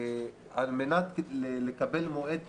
על מנת לקבל מועד קרוב,